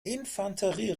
infanterie